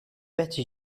better